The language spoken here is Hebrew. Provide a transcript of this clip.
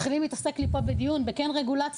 מתחילים להתעסק פה בדיון אם כן רגולציה,